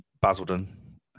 Basildon